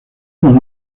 con